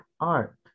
art